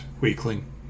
Weakling